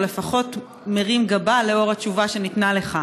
או לפחות מרים גבה לאור התשובה שניתנה לך.